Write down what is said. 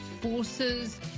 forces